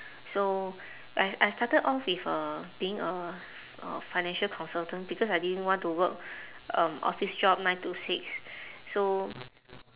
so I I started off with uh being a a financial consultant because I didn't want to work um office job nine to six so